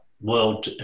world